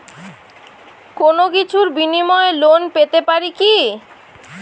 কোনো কিছুর বিনিময়ে লোন পেতে পারি কি?